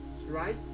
right